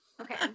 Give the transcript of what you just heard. Okay